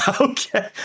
Okay